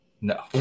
No